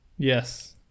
Yes